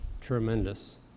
tremendous